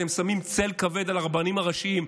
אתם שמים צל כבד על הרבנים הראשיים.